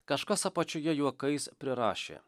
kažkas apačioje juokais prirašė